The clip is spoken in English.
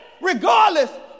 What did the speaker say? regardless